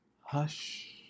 Hush